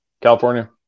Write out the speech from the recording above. California